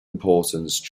importance